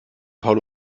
paul